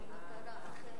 הוכרז.